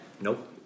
Nope